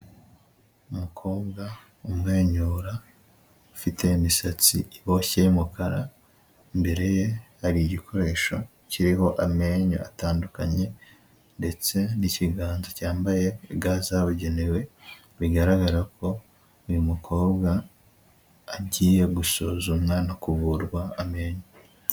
Umukobwa umwenyura ufite imisatsi iboshye y'umukara, imbere ye hari igikoresho kiriho amenyo atandukanye ndetse n'ikiganza cyambaye ga zabugenewe, bigaragara ko uyu mukobwa agiye gusuzumwa no kuvurwa amenyo.